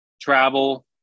travel